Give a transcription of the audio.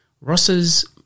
Ross's